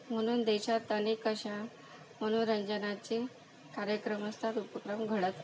म्हणून देशात अनेक अशा मनोरंजनाचे कार्यक्रम असतात उपक्रम घडत असतात